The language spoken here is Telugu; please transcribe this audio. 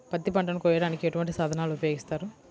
పత్తి పంటను కోయటానికి ఎటువంటి సాధనలు ఉపయోగిస్తారు?